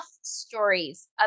stories